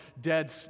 dead